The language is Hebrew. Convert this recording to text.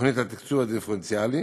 תוכנית התקצוב הדיפרנציאלי